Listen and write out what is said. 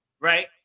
right